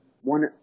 one